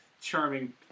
charming